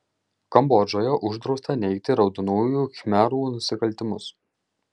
kambodžoje uždrausta neigti raudonųjų khmerų nusikaltimus